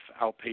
outpatient